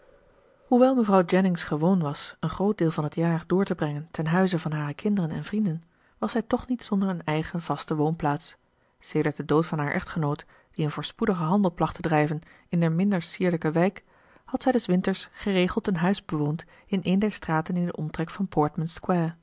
hoewel mevrouw jennings gewoon was een groot deel van het jaar door te brengen ten huize van hare kinderen en vrienden was zij toch niet zonder een eigen vaste woonplaats sedert den dood van haar echtgenoot die een voorspoedigen handel placht te drijven in een minder sierlijke wijk had zij des winters geregeld een huis bewoond in een der straten in den omtrek van